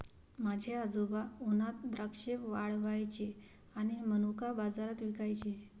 माझे आजोबा उन्हात द्राक्षे वाळवायचे आणि मनुका बाजारात विकायचे